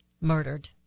murdered